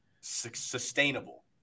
sustainable